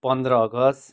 पन्ध्र अगस्त